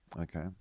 Okay